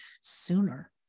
sooner